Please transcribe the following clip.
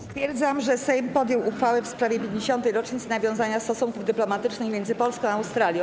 Stwierdzam, że Sejm podjął uchwałę w sprawie 50. rocznicy nawiązania stosunków dyplomatycznych między Polską a Australią.